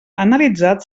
analitzat